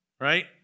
right